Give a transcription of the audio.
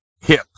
hip